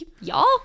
Y'all